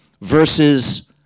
Versus